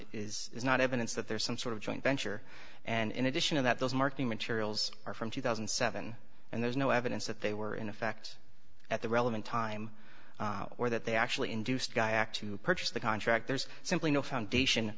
is not evidence that there is some sort of joint venture and in addition to that those marketing materials are from two thousand and seven and there's no evidence that they were in effect at the relevant time or that they actually induced guy act to purchase the contract there's simply no foundation